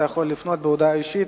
אתה יכול לפנות בהודעה אישית.